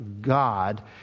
God